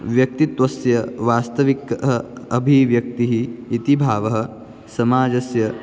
व्यक्तित्वस्य वास्तविकः अभिव्यक्तिः इति भावः समाजस्य